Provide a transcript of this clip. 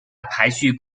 排序